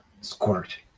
Squirt